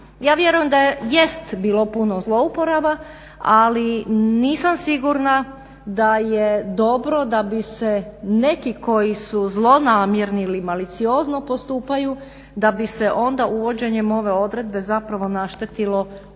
Ja vjerujem da jest bilo puno zlouporaba, ali nisam sigurna da je dobro da bi se neki koji su zlonamjerni ili maliciozno postupaju, da bi se onda uvođenjem ove odredbe zapravo naštetilo onima